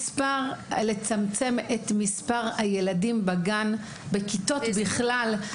לצמצם את מספר הילדים בגן, בכיתות בכלל.